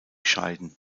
scheiden